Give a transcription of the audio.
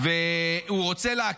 -- לא,